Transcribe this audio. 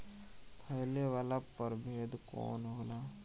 फैले वाला प्रभेद कौन होला?